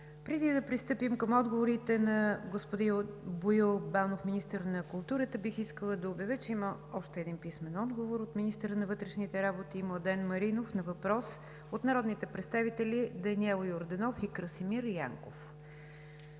Преди да пристъпим към отговорите на господин Боил Банов – министър на културата, бих искала да обявя, че има още един писмен отговор от министъра на вътрешните работи Младен Маринов на въпрос от народните представители Даниел Йорданов и Красимир Янков.